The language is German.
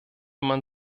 man